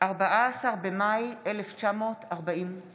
14 במאי 1948: